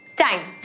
Time